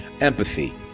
empathy